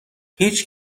هیچ